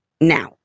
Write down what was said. now